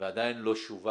ועדיין לא שווק.